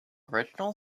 original